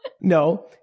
No